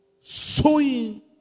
sowing